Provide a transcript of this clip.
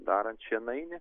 darant šienainį